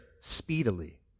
speedily